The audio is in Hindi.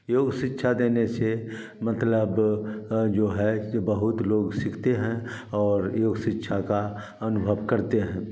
योग शिक्षा देने से मतलब जो है कि बहुत लोग सीखते हैं और योग शिक्षा का अनुभव करते हैं